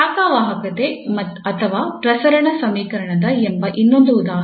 ಶಾಖ ವಾಹಕತೆ ಅಥವಾ ಪ್ರಸರಣ ಸಮೀಕರಣದ ಎಂಬ ಇನ್ನೊಂದು ಉದಾಹರಣೆ